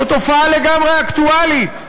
זו תופעה לגמרי אקטואלית.